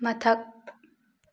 ꯃꯊꯛ